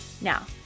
Now